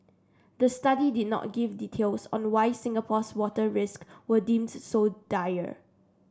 the study did not give details on why Singapore's water risk were deemed so dire